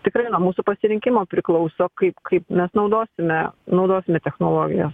tikrai nuo mūsų pasirinkimo priklauso kaip kaip mes naudosime naudosime technologijas